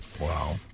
Wow